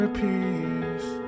peace